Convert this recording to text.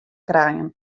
krijen